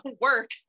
work